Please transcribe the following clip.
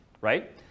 right